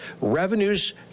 revenues